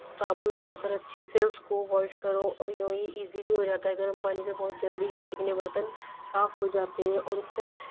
صابن لگا کر اچھے سے اس کو واش کرو اور یونہی ایزی بھی ہو جاتا ہے گرم پانی سے بہت جلدی چکنے برتن صاف ہو جاتے ہیں اور اس سے